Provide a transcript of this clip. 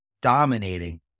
dominating